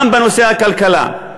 גם בנושא הכלכלה.